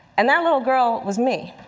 and that little girl was me.